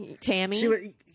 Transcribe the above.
Tammy